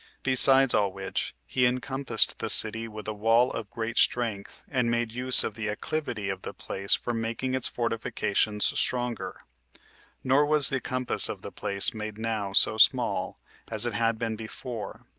besides all which, he encompassed the city with a wall of great strength, and made use of the acclivity of the place for making its fortifications stronger nor was the compass of the place made now so small as it had been before,